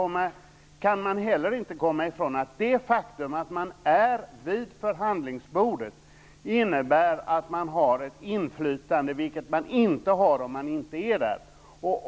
Man kan inte komma ifrån att det faktum att man är vid förhandlingsbordet innebär att man har ett inflytande, vilket man inte har om man inte är där.